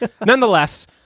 nonetheless